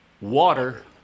water